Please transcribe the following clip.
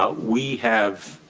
ah we have